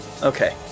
Okay